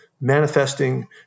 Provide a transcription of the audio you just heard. manifesting